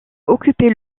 occupez